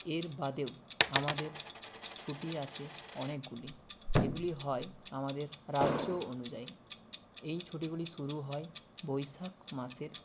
এর বাদেও আমাদের ছুটি আছে অনেকগুলি এগুলি হয় আমাদের রাজ্য অনুযায়ী এই ছুটিগুলি শুরু হয় বৈশাখ মাসের